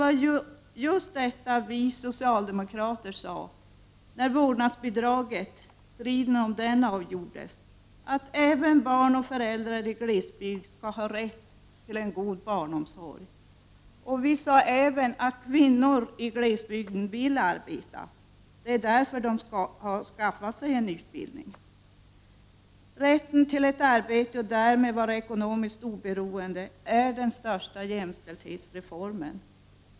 När striden om vårdnadsbidraget avgjordes sade vi socialdemokrater att även barn och föräldrar i glesbygd skall ha rätt till en god barnomsorg. Vi sade även att kvinnorna i glesbygden vill arbeta. Det är därför de har skaffat sig en utbildning. Rätt till ett arbete och därmed till ekonomiskt oberoende är den största jämställdhetsreformen.